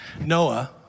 Noah